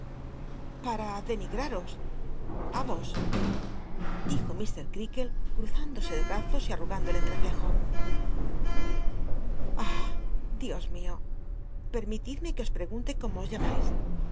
para de niros a vos dijo mt creakle cruzándose de brazos y ll'l'llgando el entrecejo eh dios mio permitid me que os pregunte cómo os llamais